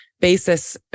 basis